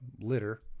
litter